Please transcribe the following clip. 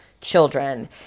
children